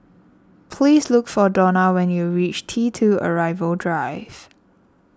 please look for Dona when you reach T two Arrival Drive